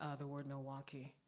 ah the word milwaukee,